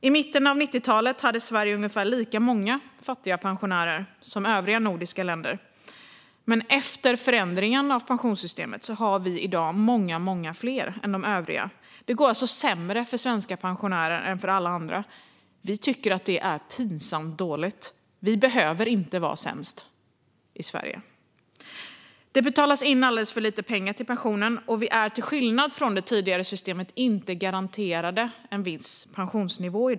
I mitten av 90-talet hade Sverige ungefär lika många fattiga pensionärer som övriga nordiska länder. Men efter förändringen av pensionssystemet har vi i dag många fler än övriga länder. Det går alltså sämre för svenska pensionärer än för alla andra. Vi i Vänsterpartiet tycker att detta är pinsamt dåligt. Sverige behöver inte vara sämst. Alldeles för lite pengar betalas in till pensionen. Till skillnad från hur det var i det tidigare systemet är vi i dag inte garanterade en viss pensionsnivå.